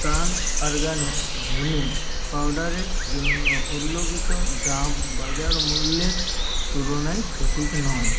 টান অরগ্যানিক ধনে পাউডারের জন্য উল্লোখিত দাম বাজার মূল্যের তুলনায় সঠিক নয়